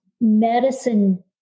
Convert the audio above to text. medicine